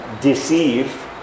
deceive